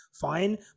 fine